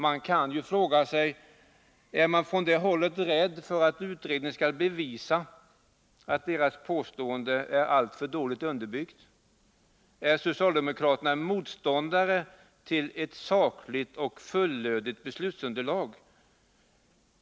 Man kan ju fråga sig: Är socialdemokraterna rädda för att utredningen skall bevisa att deras påstående är alltför dåligt underbyggt? Är socialdemokraterna motståndare till ett sakligt och fullödigt beslutsunderlag?